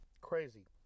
crazy